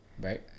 right